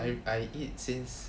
I I eat since